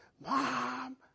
Mom